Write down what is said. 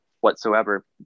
whatsoever